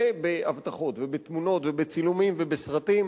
בהבטחות ובתמונות ובצילומים ובסרטים,